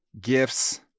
gifts